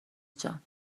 جان